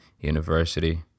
university